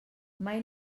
mai